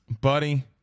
Buddy